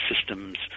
systems